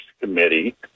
committee